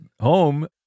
home